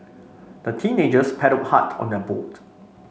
the teenagers paddled hard on their boat